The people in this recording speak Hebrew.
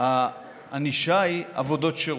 הענישה היא עבודות שירות.